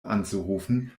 anzurufen